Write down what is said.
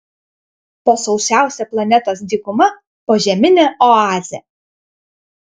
po sausiausia planetos dykuma požeminė oazė